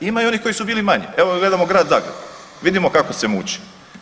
Ima i onih koji su bili manji, evo gledamo Grad Zagreb vidimo kako se muči.